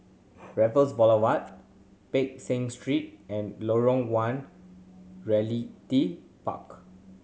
Raffles Boulevard Peck Seah Street and Lorong One Realty Park